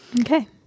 Okay